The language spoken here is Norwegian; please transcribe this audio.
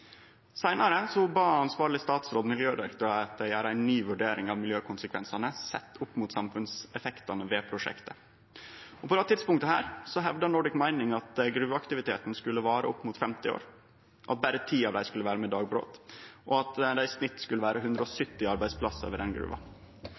bad ansvarleg statsråd Miljødirektoratet gjere ei ny vurdering av miljøkonsekvensane, sett opp mot samfunnseffektane ved prosjektet. På det tidspunktet hevda Nordic Mining at gruveaktiviteten skulle vare opp mot 50 år, og at berre 10 av dei skulle vere med dagbrot, og at det i snitt skulle vere